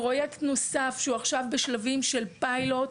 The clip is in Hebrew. פרויקט נוסף, שעכשיו בשלבים של פיילוט,